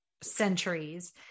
centuries